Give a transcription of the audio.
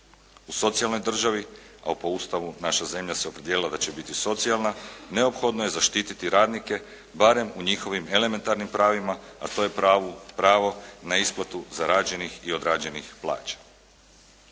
U socijalnoj državi, a po Ustavu naša zemlja se opredijelila da će biti socijalna, neophodno je zaštititi radnike barem u njihovim elementarnim pravima, a to je pravo na isplatu zarađenih i odrađenih plaća.